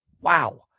Wow